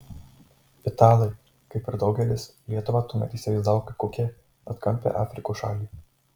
italai kaip ir daugelis lietuvą tuomet įsivaizdavo kaip kokią atkampią afrikos šalį